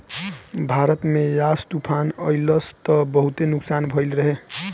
भारत में यास तूफ़ान अइलस त बहुते नुकसान भइल रहे